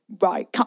Right